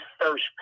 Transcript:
first